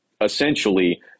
essentially